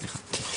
סליחה.